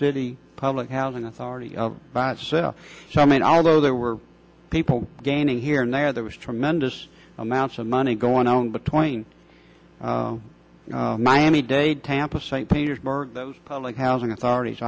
city public housing authority by itself so i mean although there were people gaining here and there there was tremendous amounts of money going on between miami dade tampa st petersburg public housing authorities